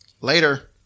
Later